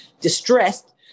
distressed